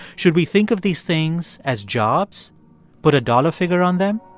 should we think of these things as jobs put a dollar figure on them?